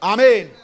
Amen